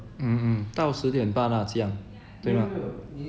mmhmm 到十点半 lah 这样对吗